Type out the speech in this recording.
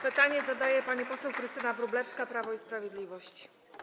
Pytanie zadaje pani poseł Krystyna Wróblewska, Prawo i Sprawiedliwość.